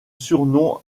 surnom